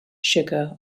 sugar